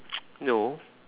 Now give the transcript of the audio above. no